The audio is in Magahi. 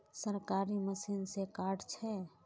सरकारी मशीन से कार्ड छै?